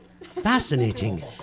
Fascinating